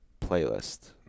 playlist